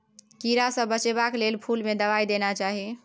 कीड़ा सँ बचेबाक लेल फुल में दवाई देना चाही